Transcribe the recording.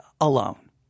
alone